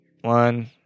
One